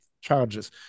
charges